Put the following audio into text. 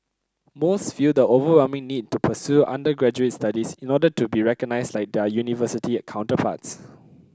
most feel the overwhelming need to pursue undergraduate studies in order to be recognised like their university counterparts